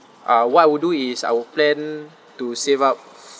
uh what I would do is I will plan to save up